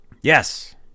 Yes